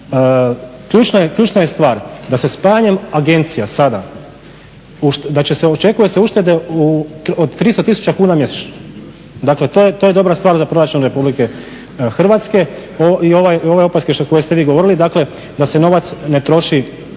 obveza. Ključna je stvar da se spajanjem agencija sada, očekuju se uštede od 300 tisuća kuna mjesečno. Dakle, to je dobra stvar za proračun Republike Hrvatske i ove opaske koje ste vi govorili, dakle da se novac ne troši